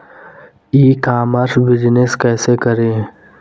ई commerce business कैसे करें?